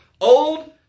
Old